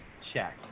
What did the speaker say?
check